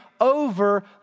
over